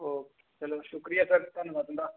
ओह् चलो शुक्रिया सर धन्नवाद तुं'दा